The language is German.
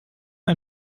ein